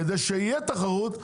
כדי שתהיה תחרות,